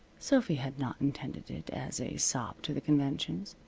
sophy had not intended it as a sop to the conventions.